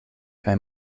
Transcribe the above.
kaj